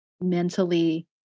mentally